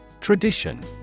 Tradition